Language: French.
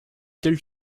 telle